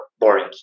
boring